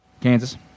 Kansas